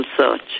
search